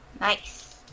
Nice